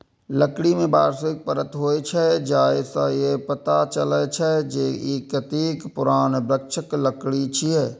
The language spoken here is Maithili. लकड़ी मे वार्षिक परत होइ छै, जाहि सं ई पता चलै छै, जे ई कतेक पुरान वृक्षक लकड़ी छियै